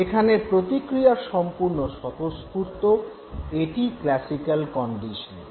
এখানে প্রতিক্রিয়া সম্পূর্ণ স্বতঃস্ফূর্ত এটি ক্লাসিক্যাল কন্ডিশনিং